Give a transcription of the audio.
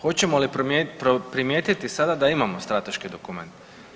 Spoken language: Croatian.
Hoćemo li primijetiti sada da imamo strateški dokument?